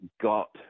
got